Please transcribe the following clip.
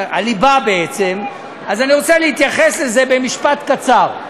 הליבה בעצם, אני רוצה להתייחס לזה במשפט קצר.